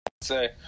say